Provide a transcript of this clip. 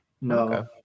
No